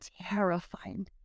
Terrifying